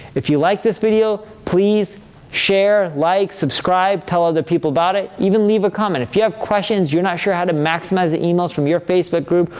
if you liked this video, please share, like, subscribe, tell other people about it, even leave a comment. if you have questions, you're not sure how to maximize the emails from your facebook group,